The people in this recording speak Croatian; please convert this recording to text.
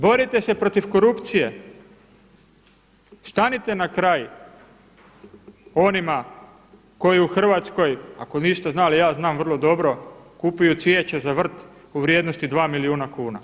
Borite se protiv korupcije, stanite na kraj onima koji u Hrvatskoj ako niste znali, ja znam vrlo dobro kupuju cvijeće za vrt u vrijednosti 2 milijuna kuna.